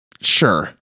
Sure